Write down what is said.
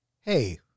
Hey